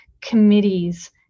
committees